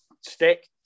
stick